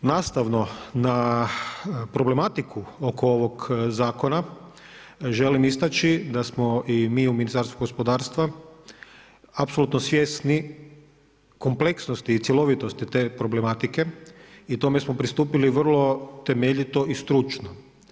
Nastavno na problematiku oko ovog zakona želim istaći da smo i mi u Ministarstvu gospodarstva apsolutno svjesni kompleksnosti i cjelovitosti te problematike i tome smo pristupili vrlo temeljito i stručno.